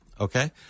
okay